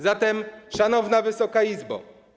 Zatem, szanowna Wysoka Izbo!